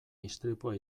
istripua